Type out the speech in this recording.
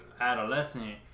adolescent